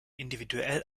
individuell